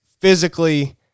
physically